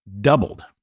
doubled